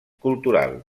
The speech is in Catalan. cultural